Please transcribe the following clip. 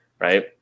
Right